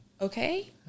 okay